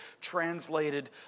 translated